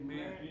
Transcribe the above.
Amen